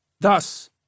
Thus